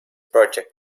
project